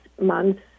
months